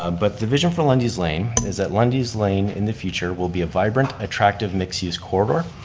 um but the vision for lundy's lane is that lundy's lane, in the future, will be a vibrant, attractive, mixed-use corridor.